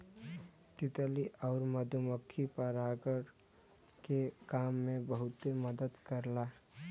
तितली आउर मधुमक्खी परागण के काम में बहुते मदद करला